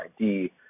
ID